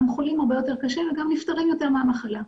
גם חולים יותר קשה וגם נפטרים יותר מהמחלה.